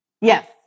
Yes